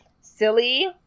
Silly